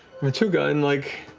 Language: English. vertuga, and like,